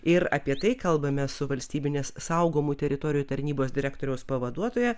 ir apie tai kalbame su valstybinės saugomų teritorijų tarnybos direktoriaus pavaduotoja